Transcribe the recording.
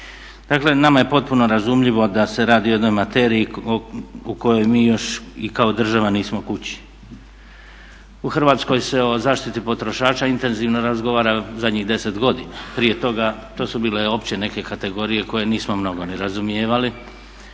Dakle, nama je potpuno razumljivo da se radi o jednoj materiji u kojoj mi još i kao država nismo kući. U Hrvatskoj se o zaštiti potrošača intenzivno razgovara zadnjih 10 godina. Prije toga to su bile opće neke kategorije koje nismo mnogo ni razumijevali,